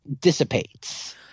dissipates